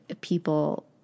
people